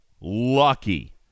Lucky